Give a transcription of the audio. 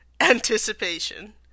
anticipation